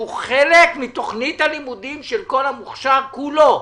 שהוא חלק מתוכנית הלימודים של כל המוכש"ר כולו,